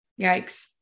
Yikes